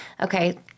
okay